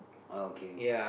okay